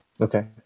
Okay